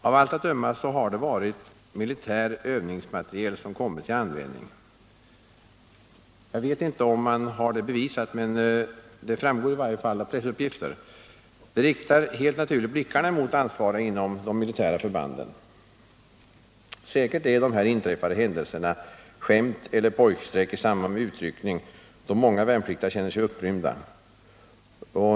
Av allt att döma har det varit militär övningsmateriel som kommit till användning — jag vet inte om det är bevisat, men det sägs i varje fall i pressuppgifter. Det riktar helt naturligt blickarna på ansvariga inom de militära förbanden. Säkerligen är de inträffade händelserna skämt eller pojkstreck i samband med utryckning, då många värnpliktiga känner sig upprymda.